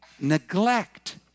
neglect